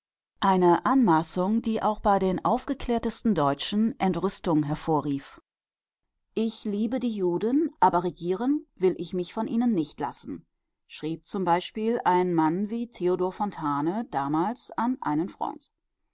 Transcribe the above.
eine anmaßung die auch bei den aufgeklärtesten deutschen entrüstung hervorrief ich liebe die juden aber regieren will ich mich von ihnen nicht lassen schrieb zum beispiel ein mann wie theodor fontane damals an einen freund